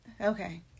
Okay